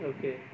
Okay